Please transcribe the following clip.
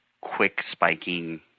quick-spiking